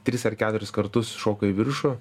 tris ar keturis kartus šoko į viršų